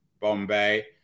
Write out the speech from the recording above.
Bombay